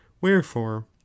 wherefore